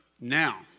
now